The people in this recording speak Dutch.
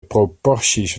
proporties